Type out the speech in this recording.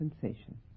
sensation